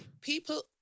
people